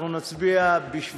אנחנו נצביע בשבילו.